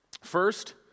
First